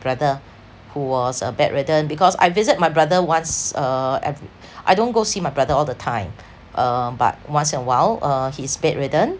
brother who was uh bedridden because I visit my brother once a every I don't go see my brother all the time uh but once in a while uh he is bedridden